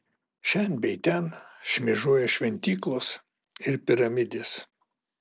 šen bei ten šmėžuoja šventyklos ir piramidės